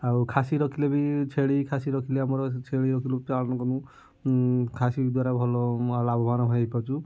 ଆଉ ଖାସି ରଖିଲେ ବି ଛେଳି ଖାସି ରଖିଲେ ଆମର ଛେଳି ରଖିଲୁ ଖାସି ଦ୍ୱାରା ଭଲ ଲାଭବାନ ହୋଇପାରୁଛୁ